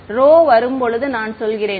மாணவர் ρ வரும்போது நான் சொல்கிறேன்